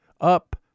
up